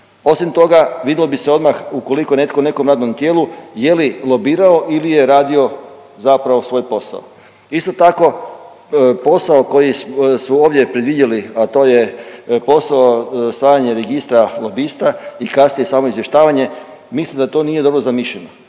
Osim toga vidlo bi se odmah ukoliko je netko u nekom radnom tijelu je li lobirao ili je radio zapravo svoj posao. Isto tako posao koji smo ovdje predvidjeli, a to je posao stvaranje Registra lobista i kasnije samo izvještavanje, mislim da to nije dobro zamišljeno.